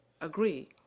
agree